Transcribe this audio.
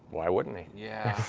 why wouldn't he? yeah